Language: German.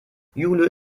jule